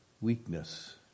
weakness